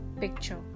picture